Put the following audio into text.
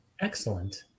Excellent